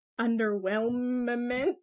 Underwhelmment